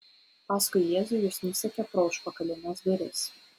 paskui jėzų jis nusekė pro užpakalines duris